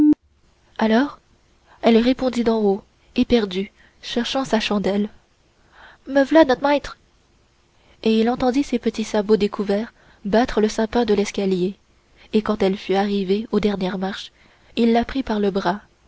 alors elle répondit d'en haut éperdue cherchant sa chandelle me v'là not maître et il entendit ses petits sabots découverts battre le sapin de l'escalier et quand elle fut arrivée aux dernières marches il la prit par le bras